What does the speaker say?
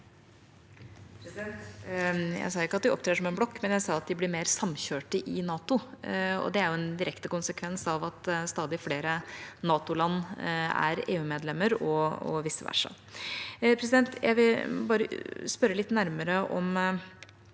Jeg sa ikke at de opptrer som en blokk, men jeg sa at de blir mer samkjørte i NATO, og det er jo en direkte konsekvens av at stadig flere NATO-land er EU-medlemmer og vice versa.